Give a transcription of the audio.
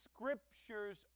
Scriptures